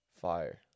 Fire